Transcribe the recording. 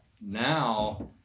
now